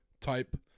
type